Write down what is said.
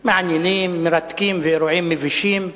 מעניינים ומרתקים ואירועים מבישים.